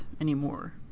anymore